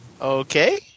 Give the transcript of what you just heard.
okay